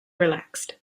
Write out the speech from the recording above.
relaxed